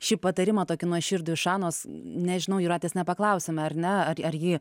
šį patarimą tokį nuoširdų iš anos nežinau jūratės nepaklausime ar ne ar ar ji